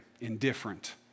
indifferent